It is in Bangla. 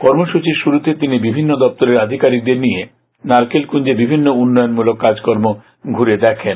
কর্মসূচির শুরুতে তিনি বিভিন্ন দপ্তরের আধিকারিকদের নিয়ে নারকেল কুঞ্জে বিভিন্ন উন্নয়নমূলক কাজকর্ম ঘুরে দেখেন